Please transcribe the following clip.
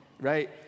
right